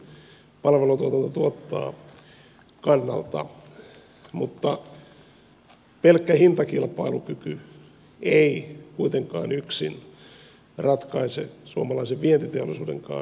mutta pelkkä hintakilpailukyky ei kuitenkaan yksin ratkaise suomalaisen vientiteollisuudenkaan ongelmia